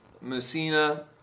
Messina